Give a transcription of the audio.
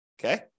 Okay